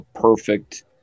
perfect